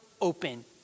open